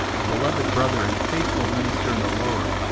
a beloved brother and faithful minister in the lord,